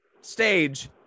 stage